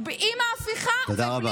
עם ההפיכה, תודה רבה.